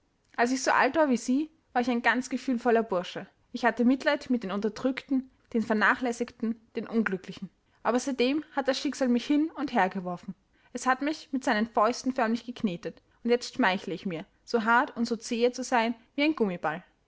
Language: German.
ich so alt war wie sie war ich ein ganz gefühlvoller bursche ich hatte mitleid mit den unterdrückten den vernachlässigten den unglücklichen aber seitdem hat das schicksal mich hin und hergeworfen es hat mich mit seinen fäusten förmlich geknetet und jetzt schmeichle ich mir so hart und so zähe zu sein wie ein gummiball